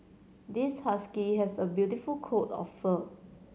this husky has a beautiful coat of fur